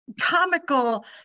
comical